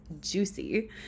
juicy